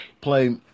Play